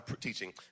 teaching